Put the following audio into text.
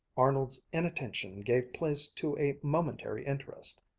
arnold's inattention gave place to a momentary interest.